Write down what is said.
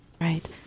Right